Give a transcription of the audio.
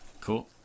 Cool